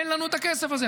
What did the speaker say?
אין לנו את הכסף הזה.